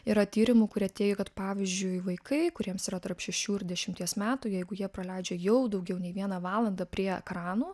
yra tyrimų kurie teigia kad pavyzdžiui vaikai kuriems yra tarp šešių ir dešimties metų jeigu jie praleidžia jau daugiau nei vieną valandą prie ekranų